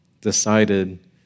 decided